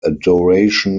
adoration